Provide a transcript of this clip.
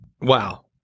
Wow